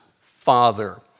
Father